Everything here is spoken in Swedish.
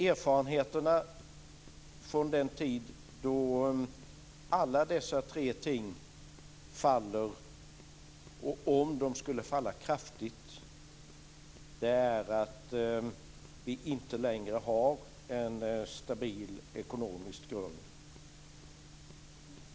Erfarenheterna från tider då alla dessa tre ting fallit, om de skulle falla kraftigt, är att vi inte längre har en stabil ekonomisk grund.